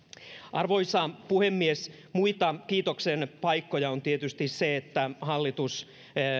arvoisa puhemies muita kiitoksen paikkoja on tietysti se että hallitus